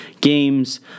games